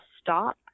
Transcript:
stop